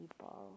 people